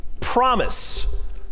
promise